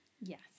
Yes